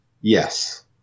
Yes